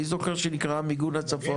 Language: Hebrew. אני זוכר שנקראה מיגון הצפון.